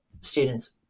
students